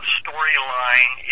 storyline